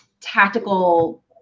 tactical